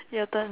your turn